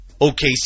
OKC